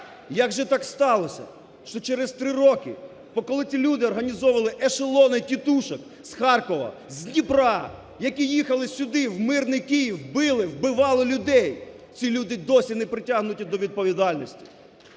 як же так сталося, що через три роки, бо коли ті люди організовували ешелони тітушок з Харкова, з Дніпра, які їхали сюди, в мирний Київ, били, вбивали людей, ці люди досі не притягнуті до відповідальності.